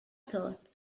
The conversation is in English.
thought